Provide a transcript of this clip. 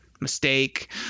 mistake